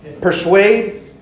Persuade